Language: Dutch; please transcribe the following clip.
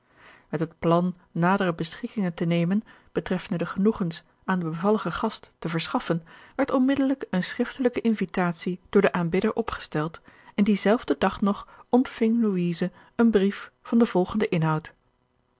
met het plan nadere beschikkingen te nemen betreffende de genoegens aan de bevallige gast te verschaffen werd onmiddellijk eene schriftelijke invitatie door den aanbidder opgesteld en dienzelfden dag nog ontving louise een brief van den volgenden inhoud